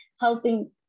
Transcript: helping